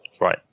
Right